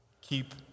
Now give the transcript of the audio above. keep